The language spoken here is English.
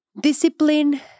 Discipline